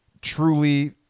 truly